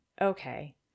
Okay